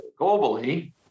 globally